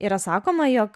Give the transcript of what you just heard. yra sakoma jog